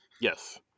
Yes